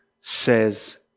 says